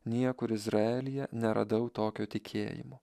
niekur izraelyje neradau tokio tikėjimo